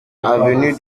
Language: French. avenue